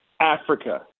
Africa